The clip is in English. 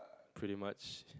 pretty much